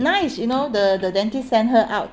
nice you know the the dentist sent her out